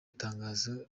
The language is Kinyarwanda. itangazo